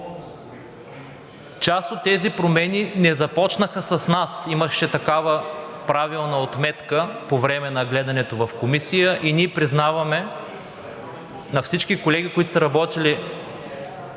Част от тези промени не започнаха с нас, а имаше такава правилна отметка по време на гледането в Комисията и ние признаваме усилията на всички колеги, които са работили